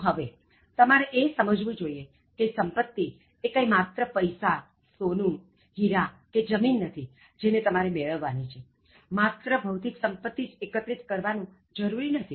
તો હવે તમારે એ સમજવું જોઇએ કે સંપત્તિ એ કંઇ માત્ર પૈસા સોનું હીરા કે જમીન નથી જેને તમારે મેળવવાની છે માત્ર ભૌતિક સંપત્તિ જ એકત્રિત કરવા નું જરુરી નથી